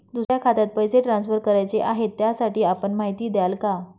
दुसऱ्या खात्यात पैसे ट्रान्सफर करायचे आहेत, त्यासाठी आपण माहिती द्याल का?